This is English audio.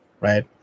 Right